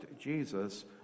Jesus